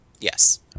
yes